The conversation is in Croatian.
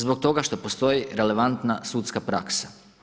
Zbog toga što postoji relevantna sudska praksa.